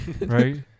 right